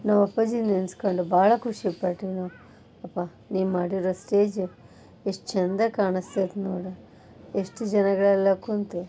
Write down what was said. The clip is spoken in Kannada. ನಮ್ಮ ಅಪ್ಪಾಜಿನ ನೆನೆಸ್ಕೊಂಡು ಭಾಳ ಖುಷಿಪಟ್ವಿ ನಾವು ಅಪ್ಪ ನೀವು ಮಾಡಿರೋ ಸ್ಟೇಜು ಎಷ್ಟು ಚಂದ ಕಾಣಿಸ್ತದೆ ನೋಡು ಎಷ್ಟು ಜನಗಳೆಲ್ಲ ಕೂತು